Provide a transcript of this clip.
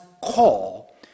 call